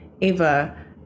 Ava